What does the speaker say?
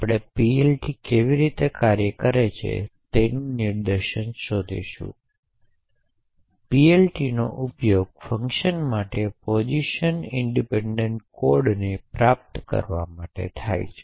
આપણે જોઈએ છીએ કે રીસીવર ભાગ કેન્દ્રની સમાન છે